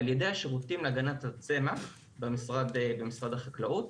על ידי השירותים להגנת הצמח במשרד החקלאות,